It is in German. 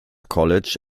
college